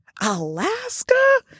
Alaska